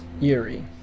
Yuri